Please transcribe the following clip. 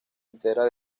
entera